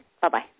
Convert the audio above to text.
Bye-bye